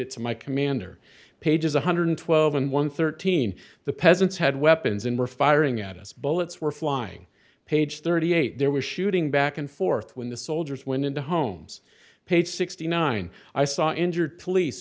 it to my commander pages one hundred and twelve n one hundred and thirteen the peasants had weapons and were firing at us bullets were flying page thirty eight there was shooting back and forth when the soldiers went into homes page sixty nine i saw injured police